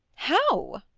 how?